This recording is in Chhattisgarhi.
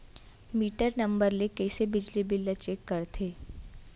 मीटर नंबर ले कइसे बिजली बिल ल चेक करथे?